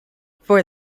for